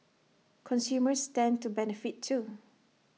consumers stand to benefit too